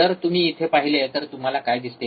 जर तुम्ही इथे पाहिले तर तुम्हाला काय दिसते